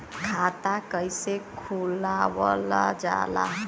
खाता कइसे खुलावल जाला?